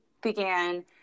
began